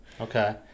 Okay